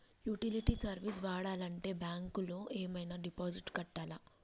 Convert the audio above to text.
Utility service వాడాలంటే bank లో ఏమైనా డిపాజిట్ కట్టాలా?